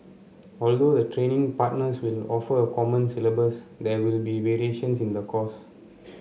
although the training partners will offer a common syllabus there will be variations in the course